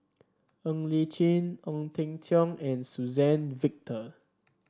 Ng Li Chin Ong Teng Cheong and Suzann Victor